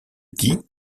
die